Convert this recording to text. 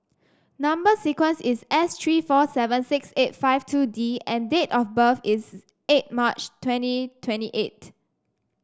number sequence is S three four seven six eight five two D and date of birth is eight March twenty twenty eight